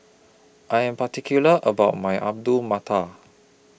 I Am particular about My Alu Matar